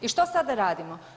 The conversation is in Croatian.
I što sada radimo?